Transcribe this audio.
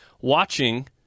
watching